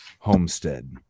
homestead